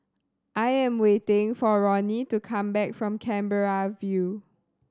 I am waiting for Ronnie to come back from Canberra View